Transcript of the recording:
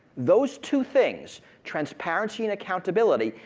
those two things, transparency and accountability,